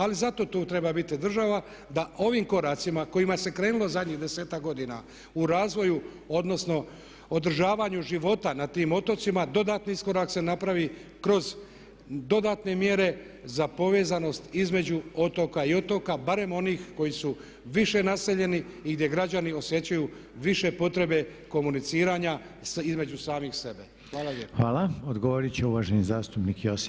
Ali zato tu treba biti država da ovim koracima kojima se krenulo zadnjih 10-ak godina u razvoju, odnosno održavanju života na tim otocima dodatni iskorak se napravi kroz dodatne mjere za povezanost između otoka i otoka, barem onih koji su više naseljeni i gdje građani osjećaju više potrebe komuniciranja između samih sebe.